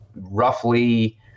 roughly